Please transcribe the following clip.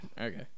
okay